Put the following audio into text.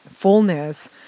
fullness